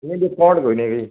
ਨਹੀਂ ਡਿਸਕਾਉਂਟ ਕੋਈ ਨਹੀਂ ਹੈਗਾ ਜੀ